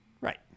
right